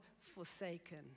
forsaken